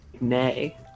nay